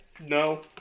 no